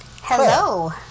Hello